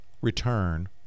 return